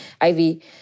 Ivy